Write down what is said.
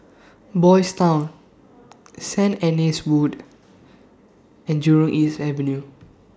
Boys' Town Sanit Anne's Wood and Jurong East Avenue